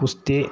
ಕುಸ್ತಿ